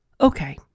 Okay